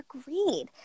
agreed